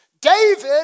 David